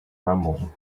rumbling